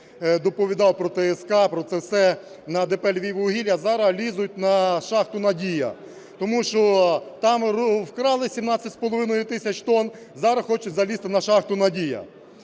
доповідав про ТСК, про це все, на ДП "Львіввугілля", зараз лізуть на шахту "Надія". Тому що там вкрали 17,5 тисяч тонн, зараз хочуть залізти на шахту "Надія".